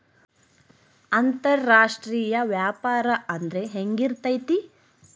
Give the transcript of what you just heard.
ಅಂತರಾಷ್ಟ್ರೇಯ ವ್ಯಾಪಾರ ಅಂದ್ರೆ ಹೆಂಗಿರ್ತೈತಿ?